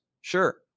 sure